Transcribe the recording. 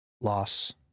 loss